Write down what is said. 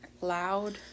loud